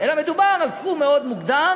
אלא מדובר על סכום מאוד מוגדר,